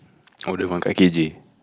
or the one five K_G